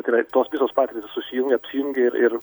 tai yra tos visos pa susijungia apsijungia ir ir